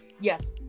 yes